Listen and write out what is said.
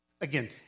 Again